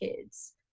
kids